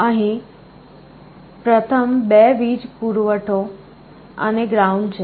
અહીં પ્રથમ બે વીજ પુરવઠો અને ગ્રાઉન્ડ છે